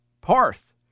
Parth